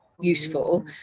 useful